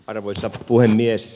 arvoisa puhemies